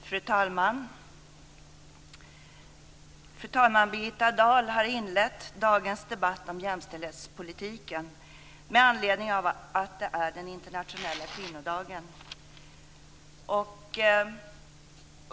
Fru talman! Fru talmannen Birgitta Dahl har inlett dagens debatt om jämställdhetspolitiken med anledning av att det är internationella kvinnodagen.